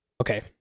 Okay